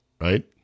right